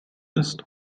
ist